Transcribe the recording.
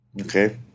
Okay